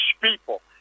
people